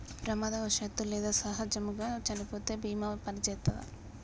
ప్రమాదవశాత్తు లేదా సహజముగా చనిపోతే బీమా పనిచేత్తదా?